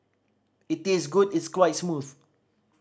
it tastes good it's quite smooth